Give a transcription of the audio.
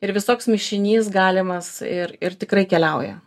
ir visoks mišinys galimas ir ir tikrai keliauja